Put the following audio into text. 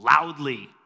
loudly